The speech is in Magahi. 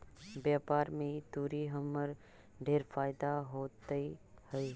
व्यापार में ई तुरी हमरा ढेर फयदा होइत हई